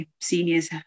seniors